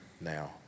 now